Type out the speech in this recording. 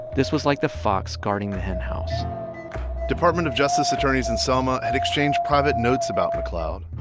this was like the fox guarding the henhouse department of justice attorneys in selma had exchanged private notes about mcleod.